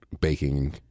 baking